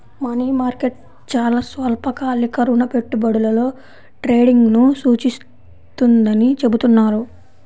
money market చాలా స్వల్పకాలిక రుణ పెట్టుబడులలో ట్రేడింగ్ను సూచిస్తుందని చెబుతున్నారు